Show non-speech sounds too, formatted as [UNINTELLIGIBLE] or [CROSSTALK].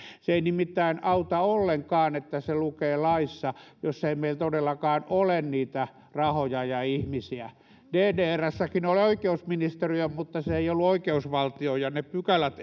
se ei nimittäin auta ollenkaan että se lukee laissa jos ei meillä todellakaan ole niitä rahoja ja ihmisiä ddrssäkin oli oikeusministeriö mutta se ei ollut oikeusvaltio ja ne pykälät [UNINTELLIGIBLE]